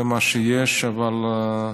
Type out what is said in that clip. זה מה שיש, אבל נשתדל.